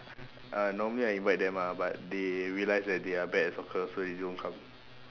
uh normally I invite them ah but they realised that they are bad at soccer so they don't come